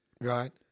Right